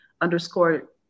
underscore